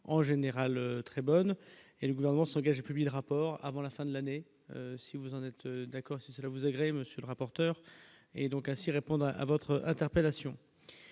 en général très bonne et le gouvernement s'engage publie le rapport avant la fin de l'année si vous en êtes d'accord c'est ça vous agrée, monsieur le rapporteur, et donc ainsi répondre à votre interpellation,